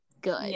good